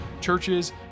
churches